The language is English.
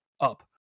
up